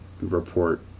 report